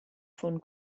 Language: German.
von